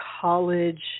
college